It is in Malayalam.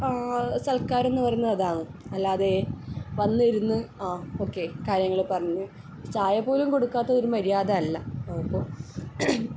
സൽക്കാരം എന്ന് പറഞ്ഞാൽ അതാന്ന് അല്ലാതെ വന്നിരുന്ന് ആ ഒക്കെ കാര്യങ്ങള് പറഞ്ഞ് ചായ പോലും കൊടുക്കാത്തത് ഒരു മര്യാദ അല്ല അപ്പോൾ